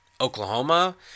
Oklahoma